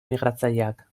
migratzaileak